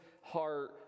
heart